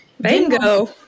Bingo